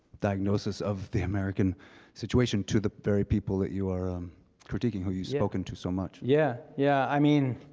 diagnosis of the american situation to the very people that you are critiquing, who you've spoken to so much? yeah, yeah. i mean